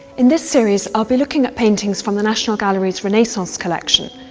in this series i'll be looking at paintings from the national gallery's renaissance collection,